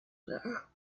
there